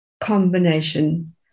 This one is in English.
combination